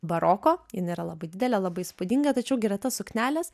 baroko jin yra labai didelė labai įspūdinga tačiau greta suknelės